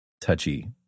touchy